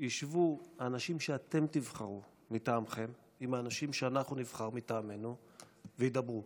ישבו האנשים שאתם תבחרו מטעמכם עם האנשים שאנחנו נבחר מטעמנו וידברו?